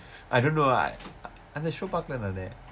I don't know I அந்த:andtha show பார்க்கல நானு:paarkkala naanu